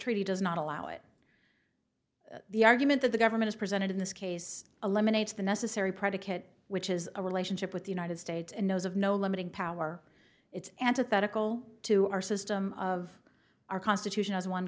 treaty does not allow it the argument that the government is presented in this case eliminates the necessary predicate which is a relationship with the united states and those of no limited power it's antithetical to our system of our constitution as one